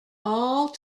all